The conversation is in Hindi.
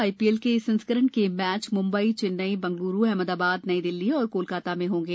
आईपीएल के इस संस्करण के मैच म्ंबई चैन्नई बंगल्रू अहमदाबाद नई दिल्ली और कोलकाता में होंगे